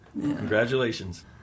Congratulations